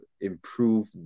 improve